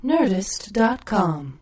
Nerdist.com